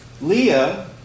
Leah